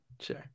Sure